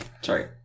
Sorry